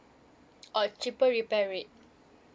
oh cheaper repair rate